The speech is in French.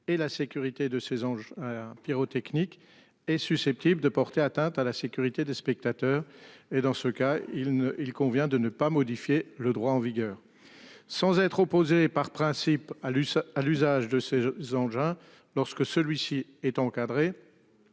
et la sécurité de ces engins. Pyrotechniques et susceptibles de porter atteinte à la sécurité des spectateurs et dans ce cas il ne, il convient de ne pas modifier le droit en vigueur. Sans être opposé par principe à l'à l'usage de ces engins lorsque celui-ci est encadrée.